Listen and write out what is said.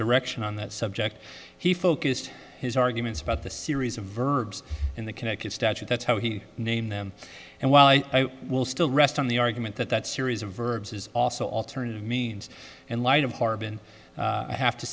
direction on that subject he focused his arguments about the series of verbs in the connecticut statute that's how he named them and while i will still rest on the argument that that series of verbs is also alternative means in light of harbin i have to